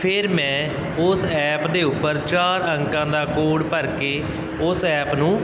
ਫਿਰ ਮੈਂ ਉਸ ਐਪ ਦੇ ਉੱਪਰ ਚਾਰ ਅੰਕਾਂ ਦਾ ਕੋਡ ਭਰ ਕੇ ਉਸ ਐਪ ਨੂੰ